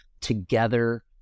together